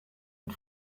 und